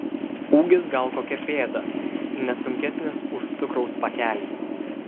ūgis gal kokia pėda ne sunkesnis už cukraus pakelį